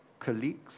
colleagues